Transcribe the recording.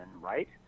Right